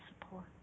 support